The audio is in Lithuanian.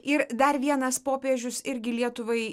ir dar vienas popiežius irgi lietuvai